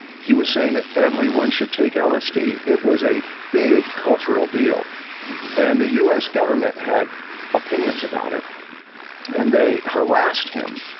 he was saying that everyone should take lsd. it was a big cultural deal and the us government had opinions about it and they harassed him.